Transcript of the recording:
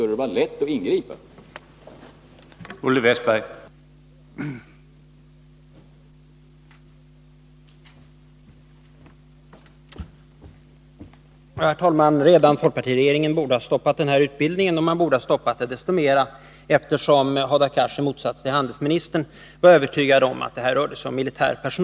Och det var lätt att gripa in!